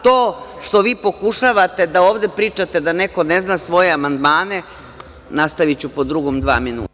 To što vi pokušavate da ovde pričate da neko ne zna svoje amandmane nastaviću po drugom dva minuta.